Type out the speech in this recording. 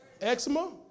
Eczema